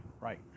right